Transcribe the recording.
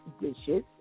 dishes